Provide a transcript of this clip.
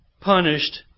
Punished